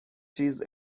چیز